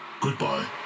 Goodbye